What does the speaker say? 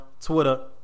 Twitter